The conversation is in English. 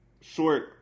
short